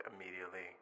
immediately